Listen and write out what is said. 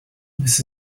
this